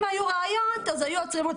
אם היו ראיות אז היו עוצרים אותו.